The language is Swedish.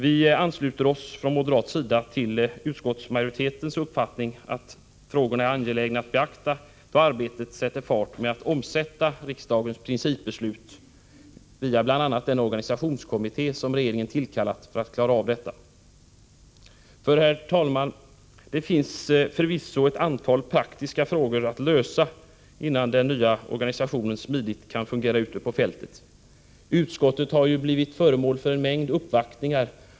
Vi moderater ansluter oss till utskottsmajoritetens uppfattning att frågorna är angelägna att beakta då arbetet med att verkställa riksdagens principbeslut sätter fart, bl.a. i den organisationskommitté som regeringen tillkallat för att klara detta. Herr talman! Det finns förvisso ett antal praktiska frågor att lösa innan den nya organisationen smidigt kan fungera ute på fältet. Arbetsmarknadsutskottet har som sagt blivit föremål för en mängd uppvaktningar.